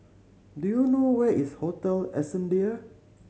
do you know where is Hotel Ascendere